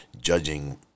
judging